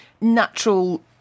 natural